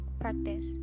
practice